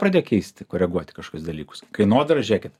pradėjo keisti koreguoti kažkokius dalykus kainodara žiūrėkit